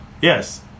Yes